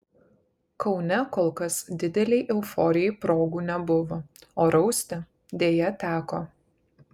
kaune kol kas didelei euforijai progų nebuvo o rausti deja teko